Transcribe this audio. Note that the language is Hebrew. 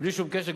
בלי שום קשר,